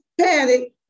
panic